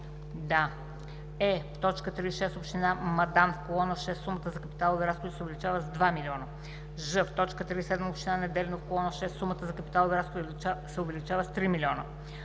е) В т. 3.6 Община Мадан в колона 6 сумата за капиталови разходи се увеличава с 2 млн. лв. ж) В т. 3.7 Община Неделино в колона 6 сумата за капиталови разходи се увеличава с 3 млн.